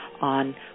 on